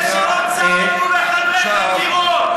לא צעדנו לחדרי חקירות.